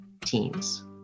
teams